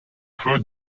feu